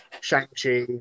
Shang-Chi